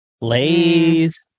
Lay's